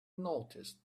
noticed